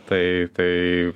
tai tai